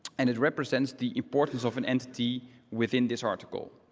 and it represents the importance of an entity within this article.